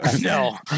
no